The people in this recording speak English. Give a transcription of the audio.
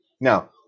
Now